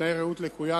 ובתנאי ראות לקויה,